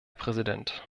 präsident